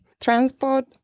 transport